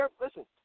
Listen